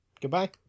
goodbye